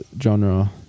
genre